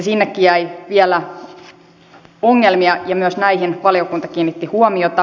sinnekin jäi vielä ongelmia ja myös näihin valiokunta kiinnitti huomiota